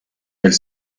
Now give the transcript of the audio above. elle